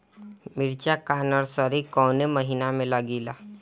मिरचा का नर्सरी कौने महीना में लागिला?